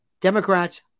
Democrats